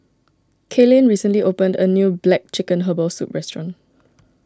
Kaelyn recently opened a new Black Chicken Herbal Soup restaurant